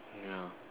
yeah